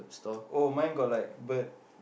oh mine got like bird